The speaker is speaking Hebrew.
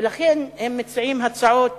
ולכן הם מציעים הצעות